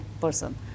person